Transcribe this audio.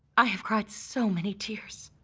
i have cried so many tears.